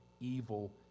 evil